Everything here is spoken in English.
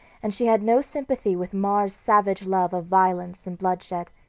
and she had no sympathy with mars's savage love of violence and bloodshed.